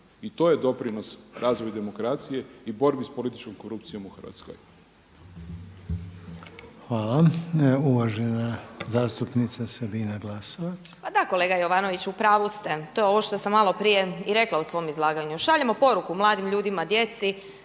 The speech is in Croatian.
i to je doprinos razvoju demokracije i borbi s političkom korupcijom u Hrvatskoj.